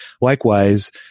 Likewise